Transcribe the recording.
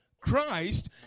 Christ